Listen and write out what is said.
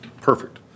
Perfect